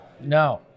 No